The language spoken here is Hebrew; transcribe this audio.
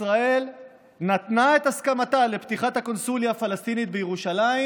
ישראל נתנה את הסכמתה לפתיחת הקונסוליה הפלסטינית בירושלים,